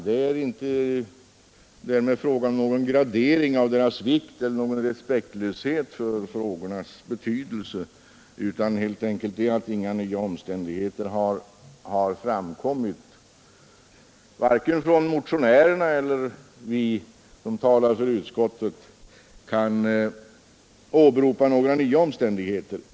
Det är därmed inte fråga om någon gradering av deras vikt eller om någon respektlöshet inför frågornas betydelse, utan det är helt enkelt så att inga nya omständigheter har framkommit. Varken motionärerna eller vi som talar för utskottsmajoriteten kan åberopa några nya omständigheter.